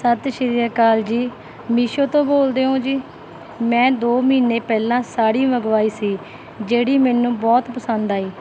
ਸਤਿ ਸ਼੍ਰੀ ਅਕਾਲ ਜੀ ਮੀਸ਼ੋ ਤੋਂ ਬੋਲਦੇ ਹੋ ਜੀ ਮੈਂ ਦੋ ਮਹੀਨੇ ਪਹਿਲਾਂ ਸਾੜੀ ਮੰਗਵਾਈ ਸੀ ਜਿਹੜੀ ਮੈਨੂੰ ਬਹੁਤ ਪਸੰਦ ਆਈ